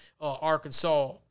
Arkansas